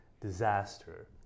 disaster